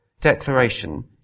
declaration